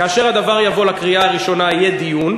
כאשר הדבר יבוא לקריאה הראשונה יהיה דיון,